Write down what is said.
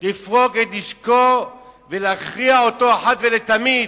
לפרוק את נשקו, ולהכריע אותו אחת ולתמיד."